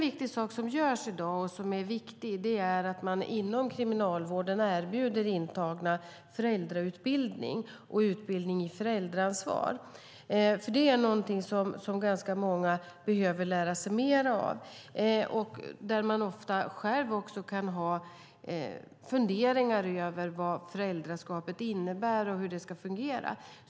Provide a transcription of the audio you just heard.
I dag erbjuder kriminalvården intagna föräldrautbildningen och utbildning i föräldraansvar. Det är viktigt och något som ganska många behöver lära sig mer av. Man kan också själv ha funderingar över vad föräldraskapet innebär och hur det ska fungera.